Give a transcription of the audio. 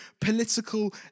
political